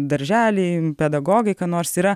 daržely pedagogai ką nors yra